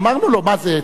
אמרנו לו: מה זה,